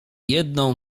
jedną